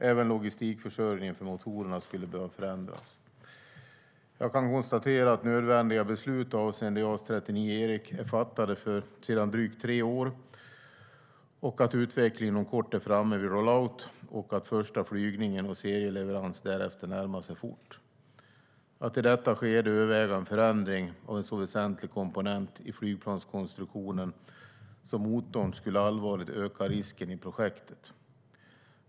Även logistikförsörjningen för motorerna skulle behöva förändras. Jag kan konstatera att nödvändiga beslut avseende JAS 39E är fattade sedan drygt tre år, att utvecklingen inom kort är framme vid roll-out och att första flygning och serieleverans därefter närmar sig fort. Att i detta skede överväga en förändring av en så väsentlig komponent i flygplanskonstruktionen som motorn skulle allvarligt öka risken i projektet.